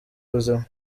ubuzima